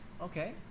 Okay